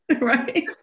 right